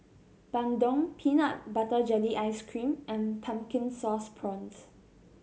bandung peanut butter jelly ice cream and Pumpkin Sauce Prawns